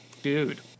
dude